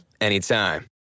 anytime